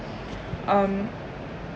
um